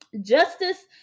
justice